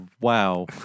Wow